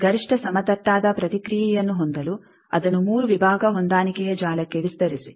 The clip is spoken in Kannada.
ಈಗ ಗರಿಷ್ಠ ಸಮತಟ್ಟಾದ ಪ್ರತಿಕ್ರಿಯೆಯನ್ನು ಹೊಂದಲು ಅದನ್ನು 3 ವಿಭಾಗ ಹೊಂದಾಣಿಕೆಯ ಜಾಲಕ್ಕೆ ವಿಸ್ತರಿಸಿ